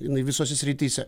jinai visose srityse